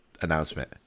announcement